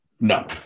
No